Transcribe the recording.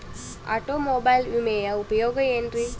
Automobile ವಿಮೆಯ ಉಪಯೋಗ ಏನ್ರೀ?